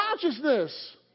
consciousness